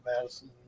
Madison